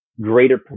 greater